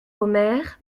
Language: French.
omer